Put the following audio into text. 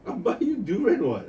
I buy you durian what